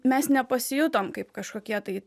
mes nepasijutom kaip kažkokie tai